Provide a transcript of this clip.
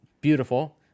beautiful